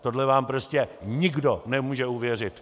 Tohle vám prostě nikdo nemůže uvěřit.